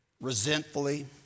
resentfully